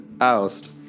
oust